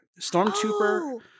Stormtrooper